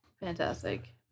Fantastic